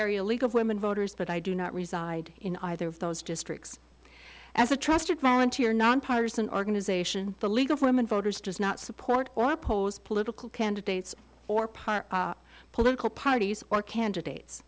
area league of women voters but i do not reside in either of those districts as a trusted volunteer nonpartisan organization the league of women voters does not support or oppose political candidates or part political parties or candidates